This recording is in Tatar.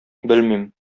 белмим